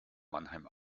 mannheim